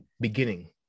beginning